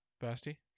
Basti